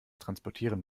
transportieren